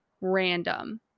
random